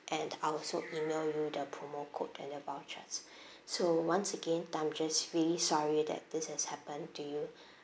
and I'll also email you the promo code and the vouchers so once again I'm just really sorry that this has happened to you